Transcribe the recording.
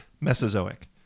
Mesozoic